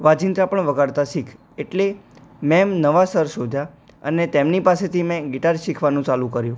વાજિંત્ર પણ વગાડતા શીખ એટલે મેં નવા સર શોધ્યા અને તેમની પાસેથી મેં ગિટાર શીખવાનું ચાલું કર્યું